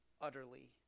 utterly